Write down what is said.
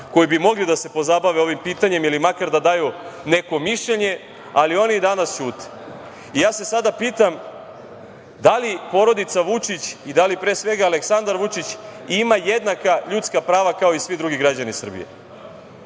koji bi mogli da se pozabave ovim pitanjem ili makar da daju neko mišljenje, ali oni i danas ćute. Ja se sada pitam da li porodica Vučić i da li, pre svega, Aleksandar Vučić ima jednaka ljudska prava kao i svi drugi građani Srbije?